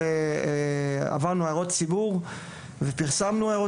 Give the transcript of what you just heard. עברנו הערות ציבור ופרסמנו,